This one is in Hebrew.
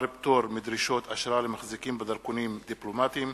פטור מדרישות אשרה למחזיקים בדרכונים דיפלומטיים,